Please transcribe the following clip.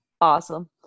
Awesome